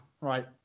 Right